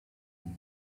mama